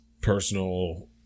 personal